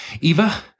Eva